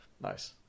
Nice